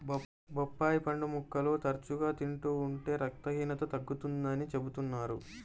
బొప్పాయి పండు ముక్కలు తరచుగా తింటూ ఉంటే రక్తహీనత తగ్గుతుందని చెబుతున్నారు